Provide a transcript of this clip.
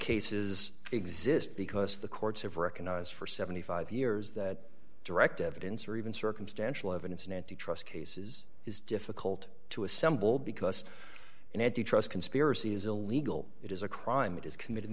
cases exist because the courts have recognized for seventy five years that direct evidence or even circumstantial evidence in antitrust cases is difficult to assemble because it had to trust conspiracy is illegal it is a crime it is committed